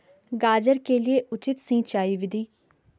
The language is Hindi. गाजर के लिए उचित सिंचाई विधि?